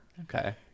Okay